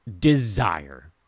desire